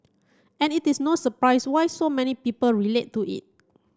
and it is no surprise why so many people relate to it